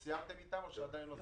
סיימתם איתם או שעדיין לא סיימתם?